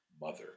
mother